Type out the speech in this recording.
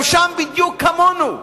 גם שם בדיוק כמונו,